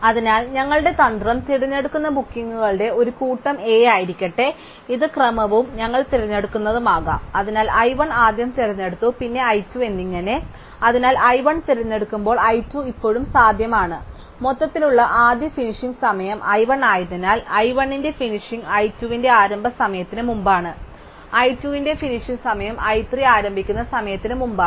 അതിനാൽ ഞങ്ങളുടെ തന്ത്രം തിരഞ്ഞെടുക്കുന്ന ബുക്കിംഗുകളുടെ ഒരു കൂട്ടം A ആയിരിക്കട്ടെ ഇത് ക്രമവും ഞങ്ങൾ തിരഞ്ഞെടുക്കുന്നതുമാകാം അതിനാൽ i 1 ആദ്യം തിരഞ്ഞെടുത്തു പിന്നെ i 2 എന്നിങ്ങനെ അതിനാൽ i 1 തിരഞ്ഞെടുക്കുമ്പോൾ i 2 ഇപ്പോഴും സാധ്യമാണ് മൊത്തത്തിലുള്ള ആദ്യ ഫിനിഷിംഗ് സമയം i 1 ആയതിനാൽ i 1 ന്റെ ഫിനിഷിംഗ് i 2 ന്റെ ആരംഭ സമയത്തിന് മുമ്പാണ് i 2 ന്റെ ഫിനിഷിംഗ് സമയം i 3 ആരംഭിക്കുന്ന സമയത്തിന് മുമ്പാണ്